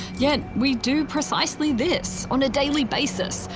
yet we do precisely this, on a daily basis,